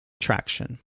traction